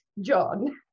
John